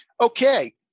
Okay